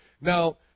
Now